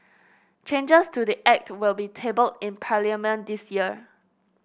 changes to the act will be tabled in parliament this year